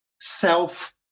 self